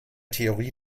theorie